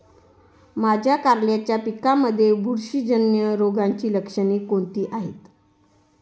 माझ्या कारल्याच्या पिकामध्ये बुरशीजन्य रोगाची लक्षणे कोणती आहेत?